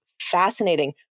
fascinating